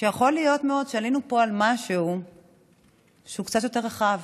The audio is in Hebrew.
יכול מאוד להיות שעלינו פה על משהו שהוא קצת יותר רחב,